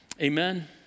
Amen